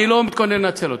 אני לא מתכונן לנצל אותה.